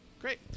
Great